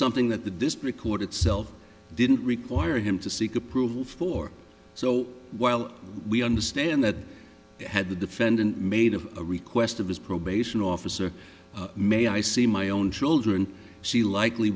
something that the district court itself didn't require him to seek approval for so while we understand that had the defendant made of a request of his probation officer may i see my own children she likely